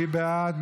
מי בעד?